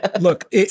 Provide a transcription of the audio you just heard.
Look